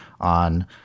on